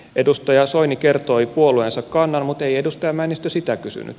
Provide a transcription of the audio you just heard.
edustaja soini kertoi puolueensa kannan mutta ei edustaja männistö sitä kysynyt